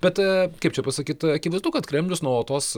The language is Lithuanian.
bet kaip čia pasakyt akivaizdu kad kremlius nuolatos